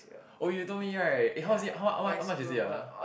oh you told me right eh how was it how how how much is it ah